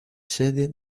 sede